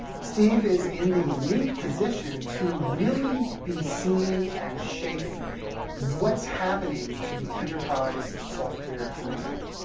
steve is in the unique position to really be seeing and shaping what's happening to the enterprise software industry.